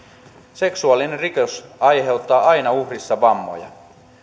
seksuaalinen rikos aiheuttaa aina uhrissa vammoja